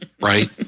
right